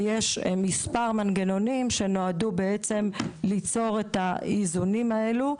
ויש מספר מנגנונים שנועדו ליצור את האיזונים האלו.